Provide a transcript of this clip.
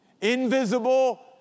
Invisible